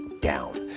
down